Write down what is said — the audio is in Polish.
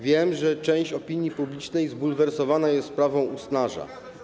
Wiem, że część opinii publicznej zbulwersowana jest sprawą Usnarza.